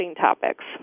topics